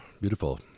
beautiful